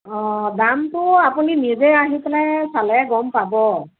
অঁ দামটো আপুনি নিজে আহি পেলাই চালে গম পাব